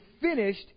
finished